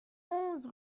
onze